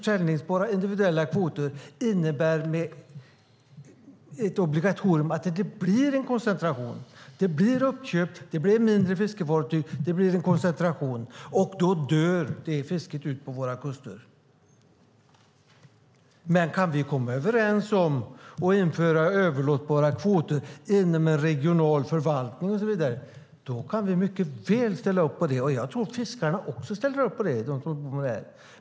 Säljbara, individuella kvoter innebär med ett obligatorium att det blir en koncentration. Det blir uppköp, det blir färre fiskefartyg och det blir en koncentration, och då dör det fisket ut vid våra kuster. Men kan vi komma överens om att införa överlåtbara kvoter inom en regional förvaltning kan vi mycket väl ställa upp på det. Jag tror att fiskarna också ställer upp på det.